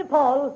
Paul